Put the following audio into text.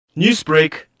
Newsbreak